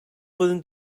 flwyddyn